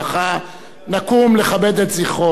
נקום לכבד את זכרו בדקת דומייה.